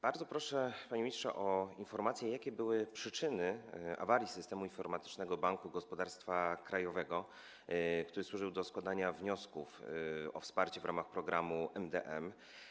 Bardzo proszę, panie ministrze, o informację, jakie były przyczyny awarii systemu informatycznego Banku Gospodarstwa Krajowego, który służył do składania wniosków o wsparcie w ramach programu MdM.